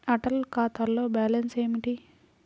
Audit ఖాతాలో balance ఏమిటీ?